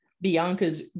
Bianca's